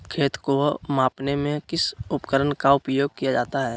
खेत को मापने में किस उपकरण का उपयोग किया जाता है?